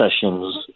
sessions